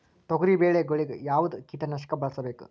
ತೊಗರಿಬೇಳೆ ಗೊಳಿಗ ಯಾವದ ಕೀಟನಾಶಕ ಬಳಸಬೇಕು?